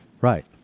Right